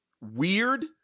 weird